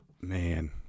Man